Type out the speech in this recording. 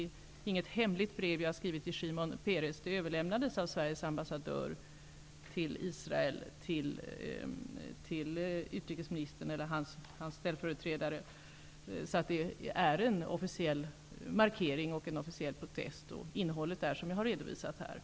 Det är inget hemligt brev som har skrivits till Shimon Peres. Brevet överlämnades av Sveriges ambassadör till Israels utrikesministers ställföreträdare. Det är fråga om en officiell markering och protest, och innehållet är det som jag tidigare här redovisade.